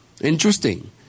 Interesting